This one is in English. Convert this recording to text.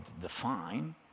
define